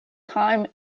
time